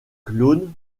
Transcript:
clone